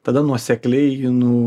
tada nuosekliai jį nu